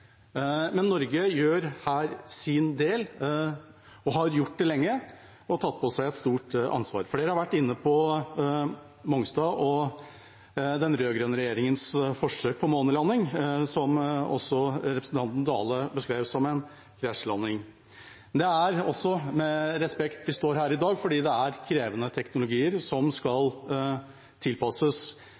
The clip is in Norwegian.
men Norge gjør her sin del, har gjort det lenge og har tatt på seg et stort ansvar. Flere har vært inne på Mongstad og den rød-grønne regjeringas forsøk på månelanding, som representanten Dale beskrev som en «krasjlanding». Men det er også med respekt vi står her i dag, fordi det er krevende teknologier som skal tilpasses.